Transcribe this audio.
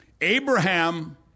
Abraham